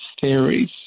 theories